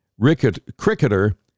cricketer